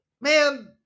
man